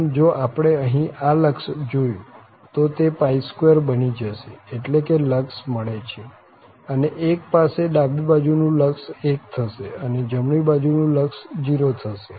આમ જો આપણે અહીં આ લક્ષ જોયું તો તે 2 બની જશે એટલે કે લક્ષ મળે છે અને 1 પાસે ડાબી બાજુનું લક્ષ 1 થશે અને જમણી બાજુનું લક્ષ 0 થશે